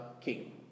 king